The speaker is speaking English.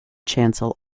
chancel